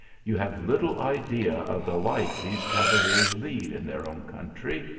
you have little idea of the life these cavaliers lead in their own country.